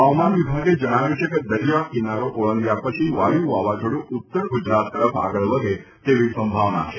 હવામાન વિભાગે જણાવ્યું છે કે દરિયા કિનારો ઓળંગ્યા પછી વાયુ વાવાઝોડું ઉત્તર ગુજરાત તરફ આગળ વધે તેવી સંભાવના છે